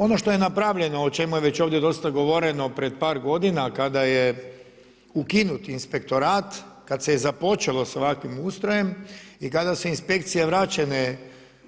Ono što je napravljeno, o čemu je već ovdje dosta govoreno pred par godina kada je ukinut inspektorat, kad se započelo sa ovakvim ustrojem i kada su inspekcije vraćene